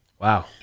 Wow